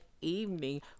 evening